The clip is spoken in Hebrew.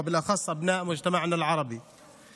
ובעיקר לבני החברה הערבית שלנו.